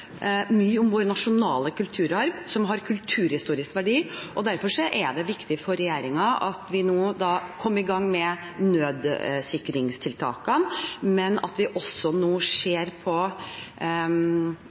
mye om vår nasjonale kulturarv, som har kulturhistorisk verdi, og derfor er det viktig for regjeringen at vi kommer i gang med nødsikringstiltakene, men at vi også nå